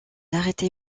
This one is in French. arrêté